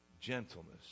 gentleness